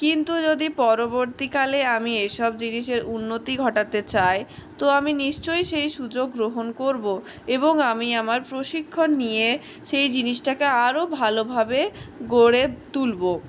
কিন্তু যদি পরবর্তীকালে আমি এসব জিনিসের উন্নতি ঘটাতে চাই তো আমি নিশ্চই সেই সুযোগ গ্রহণ করবো এবং আমি আমার প্রশিক্ষণ নিয়ে সেই জিনিসটাকে আরো ভালোভাবে গড়ে তুলবো